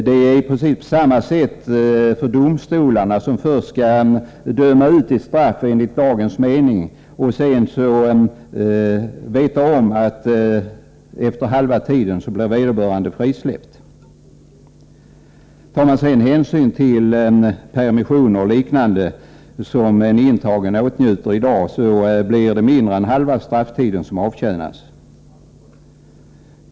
Det är i princip på samma sätt för domstolarna, som först skall döma ut ett straff enligt lagens mening och sedan veta om att vederbörande efter halva tiden blir frisläppt. Tar man sedan hänsyn till permissioner och liknande som en intagen åtnjuter i dag, blir det mindre än halva strafftiden som avtjänas.